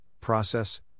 process